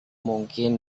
mungkin